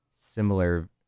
similar